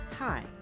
Hi